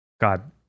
God